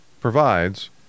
provides